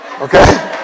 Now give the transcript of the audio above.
Okay